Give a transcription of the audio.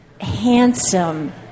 handsome